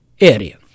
area